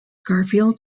garfield